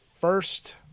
first